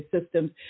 systems